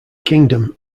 kingdom